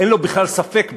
אין לו בכלל ספק בזה.